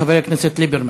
חבר הכנסת ליברמן,